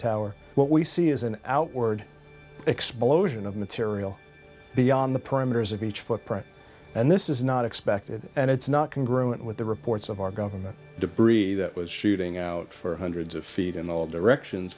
tower what we see is an outward explosion of material beyond the parameters of each footprint and this is not expected and it's not can grow it with the reports of our government debris that was shooting out for hundreds of feet in all directions